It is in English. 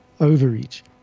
overreach